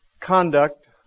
conduct